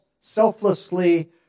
selflessly